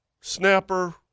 snapper